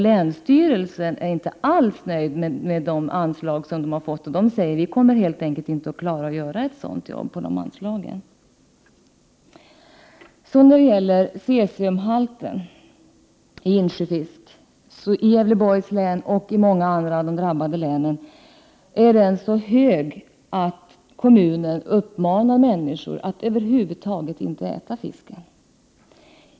Länsstyrelsen är inte alls nöjd med de anslag man fått och säger att man inte klarar att göra ett sådant jobb på dessa anslag. Cesiumhalten i insjöfisk i Gävleborgs län och i många andra län är så hög att kommunen uppmanar människor att över huvud taget inte äta fisken.